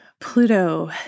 Pluto